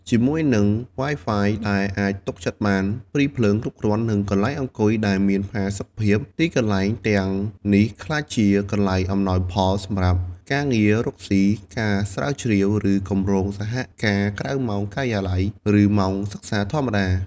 ជាមួយនឹង Wi-Fi ដែលអាចទុកចិត្តបាន ព្រីភ្លើងគ្រប់គ្រាន់ និងកន្លែងអង្គុយដែលមានផាសុកភាព ទីកន្លែងទាំងនេះក្លាយជាកន្លែងអំណោយផលសម្រាប់ការងាររកស៊ី ការស្រាវជ្រាវ ឬគម្រោងសហការក្រៅម៉ោងការិយាល័យ ឬម៉ោងសិក្សាធម្មតា។